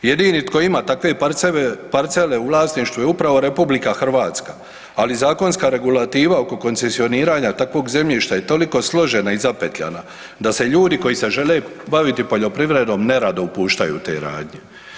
Jedini tko ima takve parcele u vlasništvu je upravo RH, ali zakonska regulativa oko koncesioniranja takvog zemljišta je toliko složena i zapetljana, da se ljudi koji se žele baviti poljoprivredom nerado upuštaju u te radnje.